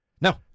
No